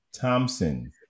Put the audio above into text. Thompson